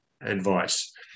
advice